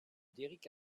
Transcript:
derrick